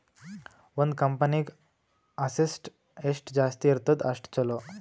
ಒಂದ್ ಕಂಪನಿಗ್ ಅಸೆಟ್ಸ್ ಎಷ್ಟ ಜಾಸ್ತಿ ಇರ್ತುದ್ ಅಷ್ಟ ಛಲೋ